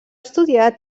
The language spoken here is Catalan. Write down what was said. estudiar